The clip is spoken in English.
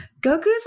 Goku's